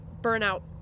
burnout